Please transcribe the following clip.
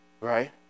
Right